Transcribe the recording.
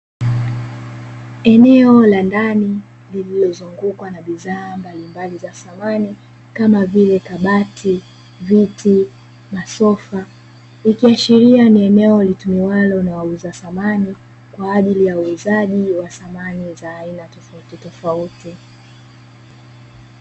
Eneo la ndani lililozungukwa na bidhaa mbalimbali za samani kama vile kabati, viti, masofa ikiashiria ni eneo litumikalo na wauza samani kwa ajili ya uuzaji wa samani za aina tofautitofauti.